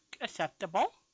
acceptable